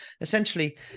essentially